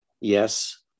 yes